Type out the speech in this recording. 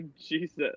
Jesus